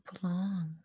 belong